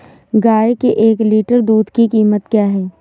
गाय के एक लीटर दूध की कीमत क्या है?